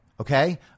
Okay